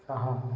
सः